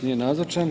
Nije nazočan.